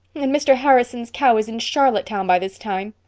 and mr. harrison's cow is in charlottetown by this time.